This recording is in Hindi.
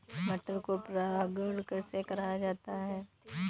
मटर को परागण कैसे कराया जाता है?